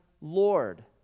Lord